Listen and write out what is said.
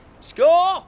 Score